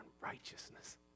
righteousness